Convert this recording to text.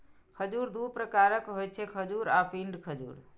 खजूर दू प्रकारक होइ छै, खजूर आ पिंड खजूर